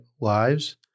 lives